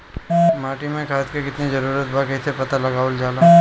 माटी मे खाद के कितना जरूरत बा कइसे पता लगावल जाला?